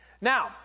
Now